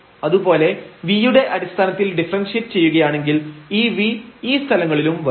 അതുപോലെ v യുടെ അടിസ്ഥാനത്തിൽ ഡിഫറെൻഷിയേറ്റ് ചെയ്യുകയാണെങ്കിൽ ഈ v ഈ സ്ഥലങ്ങളിലും വരും